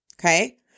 okay